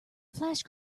flash